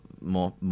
more